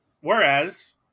Whereas